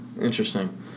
Interesting